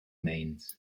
means